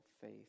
faith